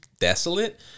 desolate